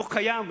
לא קיים,